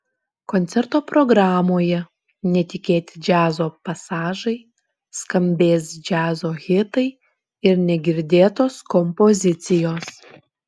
koncerto programoje netikėti džiazo pasažai skambės džiazo hitai ir negirdėtos kompozicijos